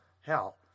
Hell